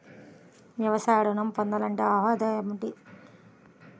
వ్యవసాయ ఋణం పొందాలంటే అర్హతలు ఏమిటి?